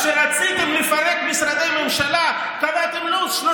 כשרציתם לפרק משרדי ממשלה קבעתם לו"ז,